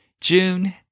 June